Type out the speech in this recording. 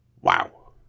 wow